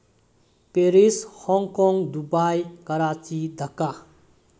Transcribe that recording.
Paris Hong Kong Dubai Karachi Dhaka